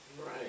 Right